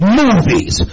movies